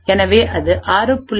எனவே அது 6